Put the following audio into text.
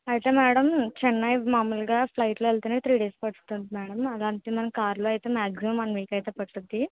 అయితే మేడం చెన్నై మాములుగా ఫ్లైట్లో వెళ్తేనే త్రీ డేస్ పడుతుంది మేడం అలాంటిది మనం కార్లో అయితే మ్యాగ్జిమమ్ వన్ వీక్ అయితే పడుతుంది